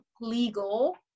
legal